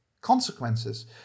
consequences